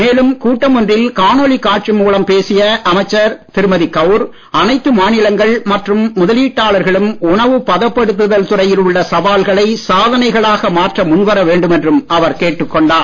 மேலும் கூட்டம் ஒன்றில் காணொலி காட்சி மூலம் பேசிய அமைச்சர் திருமதி கவுர் அனைத்து மாநிலங்கள் மற்றும் முதலீட்டாளர்களும் உணவு பதப்படுத்துதல் துறையில் உள்ள சவால்களை சாதனைகளாக மாற்ற முன் வர வேண்டும் என்றும் அவர் கேட்டுக் கொண்டார்